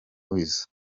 weasel